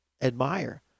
admire